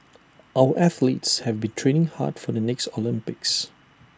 our athletes have been training hard for the next Olympics